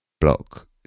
block